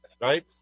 right